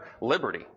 liberty